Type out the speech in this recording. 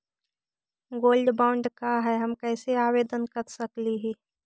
Gold bond का है, हम कैसे आवेदन कर सकली ही?